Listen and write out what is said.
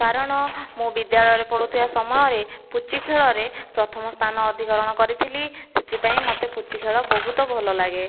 କାରଣ ମୁଁ ବିଦ୍ୟାଳୟରେ ପଢ଼ୁଥିବା ସମୟରେ ପୁଚି ଖେଳରେ ପ୍ରଥମ ସ୍ଥାନ ଅଧିକରଣ କରିଥିଲି ସେଥିପାଇଁ ମୋତେ ପୁଚି ଖେଳ ବହୁତ ଭଲ ଲାଗେ